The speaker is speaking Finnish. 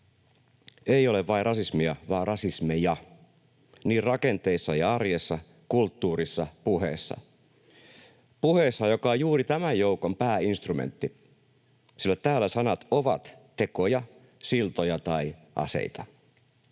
ei ole vain rasismia vaan rasismeja, niin rakenteissa ja arjessa kuin kulttuurissa ja puheessa — puheessa, joka on juuri tämän joukon pääinstrumentti, sillä täällä sanat ovat tekoja, siltoja tai aseita.